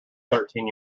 thirteen